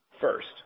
First